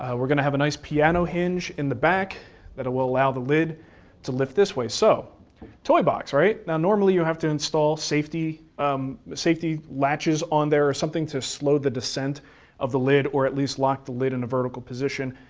we're gonna have a nice piano hinge in the back that will allow the lid to lift this way. so toy box, right? now normally you have to install safety um safety latches on there or something to slow the descent of the lid or at least lock the lid in a vertical position.